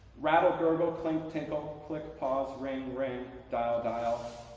rattle, gurgle, clink, tinkle, click, pause, ring, ring, dial, dial,